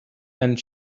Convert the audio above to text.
and